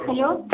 hello